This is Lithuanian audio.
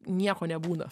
nieko nebūna